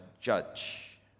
judge